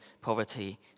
poverty